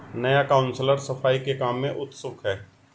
नया काउंसलर सफाई के काम में उत्सुक है